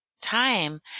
time